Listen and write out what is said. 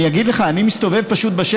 אני אגיד לך, אני פשוט מסתובב בשטח.